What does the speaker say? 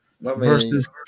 Versus